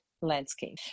Landscape